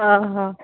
ଅ ହ